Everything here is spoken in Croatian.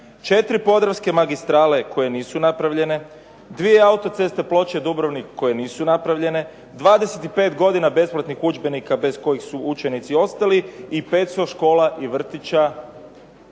4 Podravske magistrale koje nisu napravljene, 2 autoceste Ploče-Dubrovnik koje nisu napravljene, 25 godina besplatnih udžbenika bez kojih su učenici ostali i 500 škola i vrtića